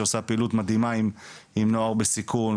שעושה פעילות מדהימה עם נוער בסיכון,